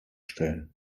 stellen